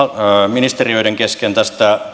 ministeriöiden kesken tästä